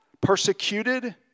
persecuted